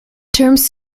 terms